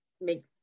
make